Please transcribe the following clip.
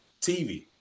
TV